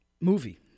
movie